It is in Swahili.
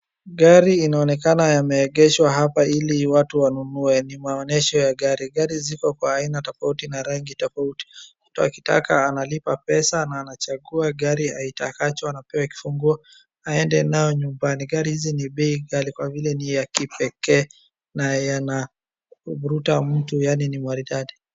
Gari linaonekana yameegeshwa hapa ili watu wanunue ,ni maonesho ya gari, gari ziko kwa aina tofauti na rangi tofauti. Mtu akitaka analipa pesa na anachagua gari aitakacho na anapewa kifunguo aende nayo nyumbani. Gari hizi ni bei ghali na ni ya kipekee na yanavutia mtu yaani ni maridadi.